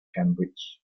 cambridge